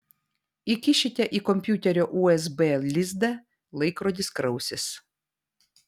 įkišite į kompiuterio usb lizdą laikrodis krausis